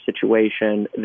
situation